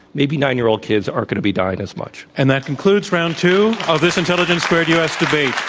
maybe nine-year-old kids aren't going to be dying as much. and that concludes round two of this intelligence squared u. s. debate